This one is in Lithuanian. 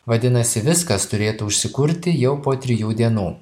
vadinasi viskas turėtų užsikurti jau po trijų dienų